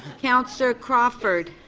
councillor crawford.